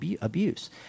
abuse